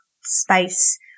space